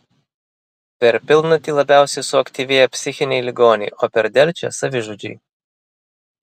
per pilnatį labiausiai suaktyvėja psichiniai ligoniai o per delčią savižudžiai